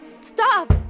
stop